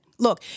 Look